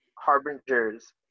harbingers